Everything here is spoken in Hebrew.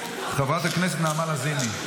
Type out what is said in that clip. חברת הכנסת נעמה לזימי,